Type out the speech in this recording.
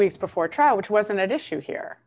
weeks before trial which wasn't at issue here